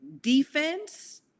defense